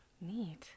Neat